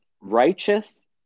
Righteous